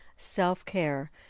self-care